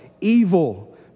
evil